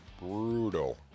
brutal